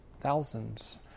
Thousands